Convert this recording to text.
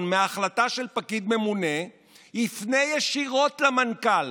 מההחלטה של פקיד ממונה יפנה ישירות למנכ"ל.